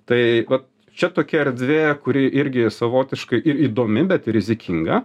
tai va čia tokia erdvė kuri irgi savotiškai įdomi bet ir rizikinga